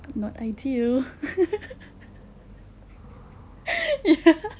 not ideal ya